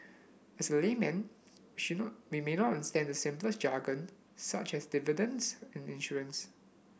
as a laymen she not we may not understand the simplest jargon such as dividends in insurance